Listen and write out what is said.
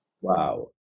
Wow